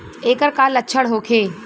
ऐकर का लक्षण होखे?